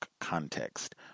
context